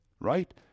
Right